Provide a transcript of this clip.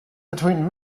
between